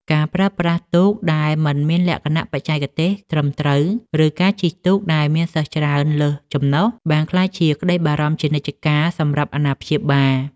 ការប្រើប្រាស់ទូកដែលមិនមានលក្ខណៈបច្ចេកទេសត្រឹមត្រូវ ឬការជិះទូកដែលមានសិស្សច្រើនលើសចំណុះ បានក្លាយជាក្តីបារម្ភជានិច្ចកាលសម្រាប់អាណាព្យាបាល។